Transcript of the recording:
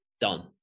Done